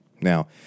Now